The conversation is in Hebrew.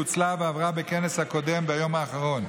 שפוצלה ועברה בכנס הקודם ביום האחרון.